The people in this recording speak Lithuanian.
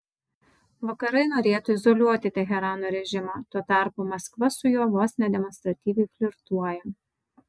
vakarai norėtų izoliuoti teherano režimą tuo tarpu maskva su juo vos ne demonstratyviai flirtuoja